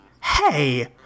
Hey